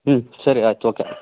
ಹ್ಞೂ ಸರಿ ಆಯ್ತು ಓಕೆ